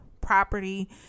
property